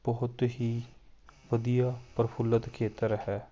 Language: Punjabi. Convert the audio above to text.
ਬਹੁਤ ਹੀ ਵਧੀਆ ਪ੍ਰਫੁੱਲਿਤ ਖੇਤਰ ਹੈ